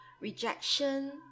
rejection